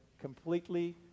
completely